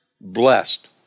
blessed